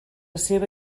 seva